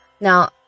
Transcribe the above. Now